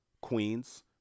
Queens